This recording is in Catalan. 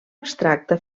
abstracta